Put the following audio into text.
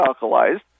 alkalized